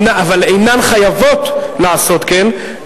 אבל אינן חייבות לעשות כן,